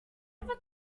ever